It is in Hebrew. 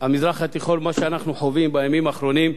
המזרח התיכון, מה שאנחנו חווים בימים האחרונים,